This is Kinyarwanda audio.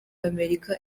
amerika